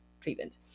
treatment